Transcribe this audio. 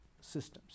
systems